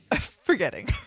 Forgetting